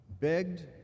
begged